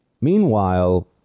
Meanwhile